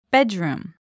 Bedroom